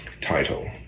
title